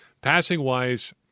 Passing-wise